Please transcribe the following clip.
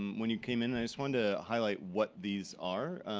when you came in, i just wanted to highlight what these are,